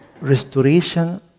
restoration